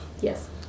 Yes